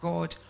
God